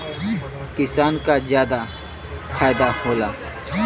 किसान क जादा फायदा होला